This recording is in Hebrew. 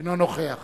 אינו נוכח